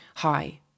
Hi